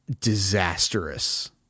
disastrous